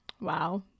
Wow